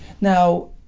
Now